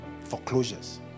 Foreclosures